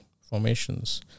formations